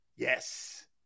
Yes